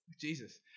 Jesus